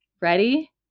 Ready